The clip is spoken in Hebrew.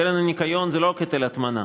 הקרן לשמירת הניקיון זה לא רק היטל הטמנה.